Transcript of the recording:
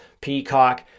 Peacock